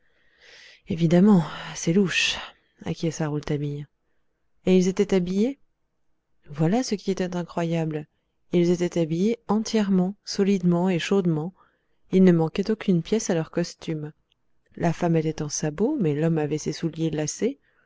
évidemment c'est louche acquiesça rouletabille et ils étaient habillés voilà ce qui est incroyable ils étaient habillés entièrement solidement et chaudement il ne manquait aucune pièce à leur costume la femme était en sabots mais l'homme avait ses souliers lacés